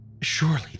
Surely